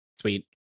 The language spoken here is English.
Sweet